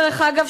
דרך אגב,